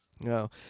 No